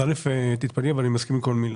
אז ראשית, תתפלאי, אבל אני מסכים עם כל מילה.